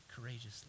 courageously